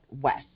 west